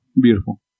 beautiful